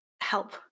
help